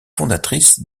fondatrice